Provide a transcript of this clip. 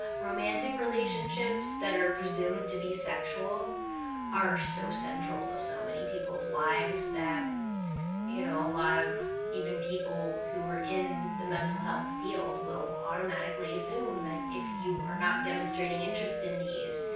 romantic relationships that are presumed to be sexual are so central to so many people's lives that you know, a lot of even people who are in the mental health field will automatically assume that if you are not demonstrating interest in these,